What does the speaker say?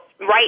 Right